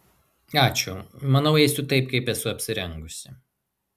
ačiū manau eisiu taip kaip esu apsirengusi